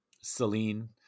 Celine